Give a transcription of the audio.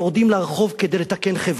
יורדים לרחוב כדי לתקן חברה,